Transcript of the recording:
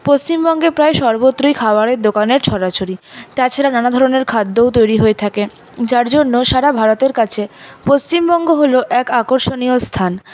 পশ্চিমবঙ্গের প্রায় সর্বত্রই খাবারের দোকানের ছড়া ছড়ি তাছাড়া নানা ধরনের খাদ্যও তৈরি হয়ে থাকে যার জন্য সারা ভারতের কাছে পশ্চিমবঙ্গ হল এক আকর্ষণীয় স্থান